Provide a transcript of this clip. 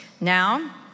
Now